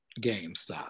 GameStop